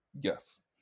Yes